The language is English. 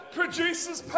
produces